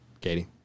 Katie